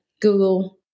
Google